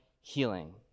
healing